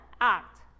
act